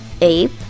ape